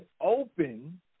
open